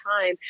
time